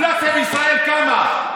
האינפלציה בישראל, כמה?